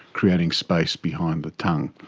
creating space behind the tongue.